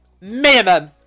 Minimum